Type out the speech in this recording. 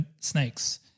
snakes